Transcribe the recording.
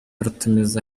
rutumiza